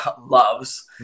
loves